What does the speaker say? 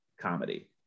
comedy